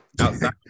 Outside